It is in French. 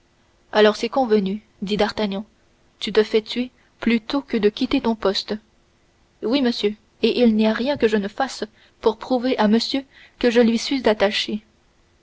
alors c'est convenu dit d'artagnan tu te fais tuer plutôt que de quitter ton poste oui monsieur et il n'y a rien que je ne fasse pour prouver à monsieur que je lui suis attaché